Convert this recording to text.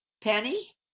Penny